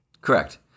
Correct